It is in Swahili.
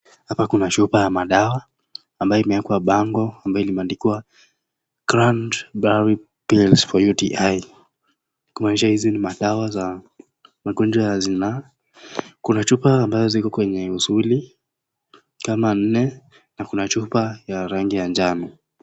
Hapa kuna chupa ya madawa ambayo imeekwa bango ambayo limeandikwa cranberry pills for UTI kumaanisha hizi ni madawa za magonjwa ya zinaa kuna picha ambazo ziko kwenye misuli kama nne na kuna chupa ya rangi ya njano.